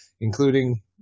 including